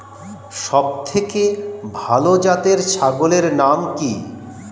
সবথেকে ভালো জাতের ছাগলের নাম কি?